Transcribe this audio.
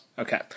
Okay